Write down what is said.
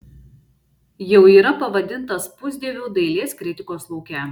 jau yra pavadintas pusdieviu dailės kritikos lauke